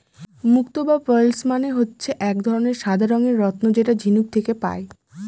মুক্ত বা পার্লস মানে হচ্ছে এক ধরনের সাদা রঙের রত্ন যেটা ঝিনুক থেকে পায়